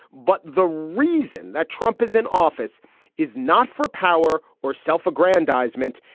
but the reason that trump is in office is not for power or self aggrandizement.